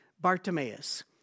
Bartimaeus